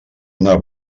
una